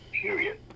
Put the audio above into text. period